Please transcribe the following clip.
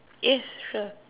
yes sure